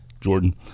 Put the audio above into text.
Jordan